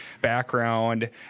background